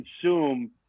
consume